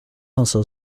also